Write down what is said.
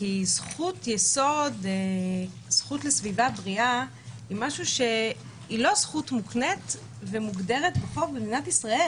כי זכות לסביבה בריאה היא לא זכות מוקנית ומוגדרת בחוק במדינת ישראל.